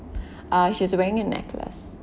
uh she's wearing a necklace